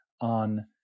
on